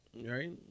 Right